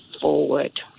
forward